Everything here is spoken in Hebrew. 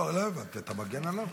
לא, לא הבנתי, אתה מגן עליו?